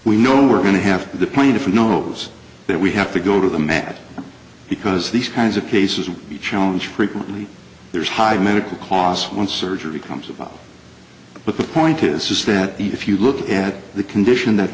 we know we're going to have the plaintiff knows that we have to go to the mat because these kinds of cases and the challenge frequently there's high medical costs when surgery comes about but the point is is that if you look at the condition that